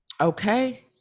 okay